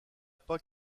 pas